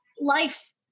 life